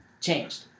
changed